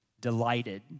delighted